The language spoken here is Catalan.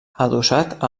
adossat